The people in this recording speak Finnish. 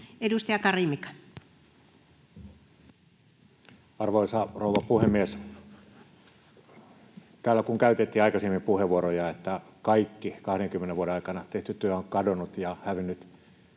15:25 Content: Arvoisa rouva puhemies! Täällä kun käytettiin aikaisemmin puheenvuoroja, että kaikki 20 vuoden aikana tehty työ on kadonnut ja hävinnyt